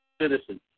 citizens